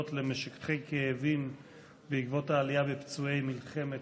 למשככי כאבים בעקבות העלייה בפצועי מלחמת